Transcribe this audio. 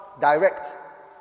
direct